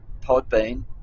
Podbean